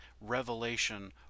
Revelation